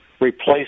replace